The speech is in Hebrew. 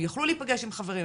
הם יוכלו להיפגש עם חברים,